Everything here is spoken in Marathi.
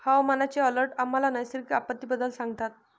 हवामानाचे अलर्ट आम्हाला नैसर्गिक आपत्तींबद्दल सांगतात